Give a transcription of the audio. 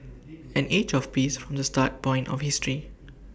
an age of peace from the starting point of history